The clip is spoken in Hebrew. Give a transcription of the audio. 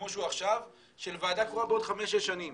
כפי שהוא עכשיו, של ועדה קרואה, בעוד חמש-שש שנים.